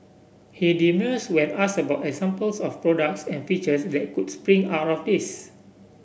he demurs when asked about examples of products and features that could spring out of this